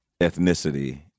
ethnicity